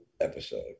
episode